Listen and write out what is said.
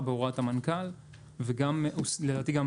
כבר פרסמנו אותו בהוראת המנכ"ל ולדעתי גם